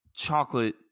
chocolate